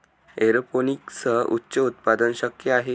एरोपोनिक्ससह उच्च उत्पादन शक्य आहे